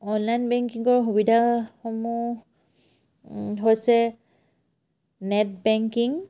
online বেংকিঙৰ সুবিধাসমূহ হৈছে নেট বেংকিং